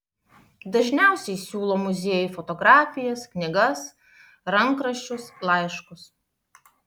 dažniausiai siūlo muziejui fotografijas knygas rankraščius laiškus